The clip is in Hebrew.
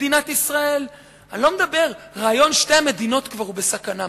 אני לא מדבר על כך שרעיון שתי המדינות בסכנה,